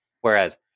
whereas